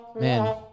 Man